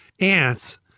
ants